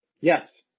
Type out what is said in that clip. Yes